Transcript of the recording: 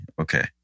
Okay